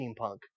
steampunk